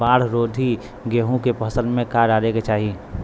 बाढ़ रोधी गेहूँ के फसल में का डाले के चाही?